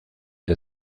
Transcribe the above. der